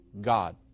God